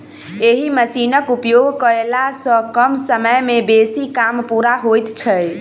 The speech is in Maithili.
एहि मशीनक उपयोग कयला सॅ कम समय मे बेसी काम पूरा होइत छै